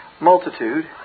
multitude